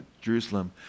Jerusalem